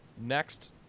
Next